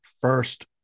first